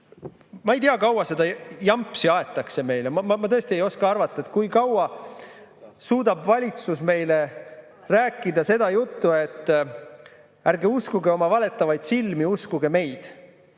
Ma ei tea, kui kaua seda jampsi aetakse meile. Ma tõesti ei oska arvata, kui kaua suudab valitsus meile rääkida seda juttu, et ärge uskuge oma valetavaid silmi, uskuge meid,